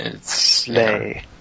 Slay